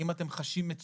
אם הם חשים מצוקה,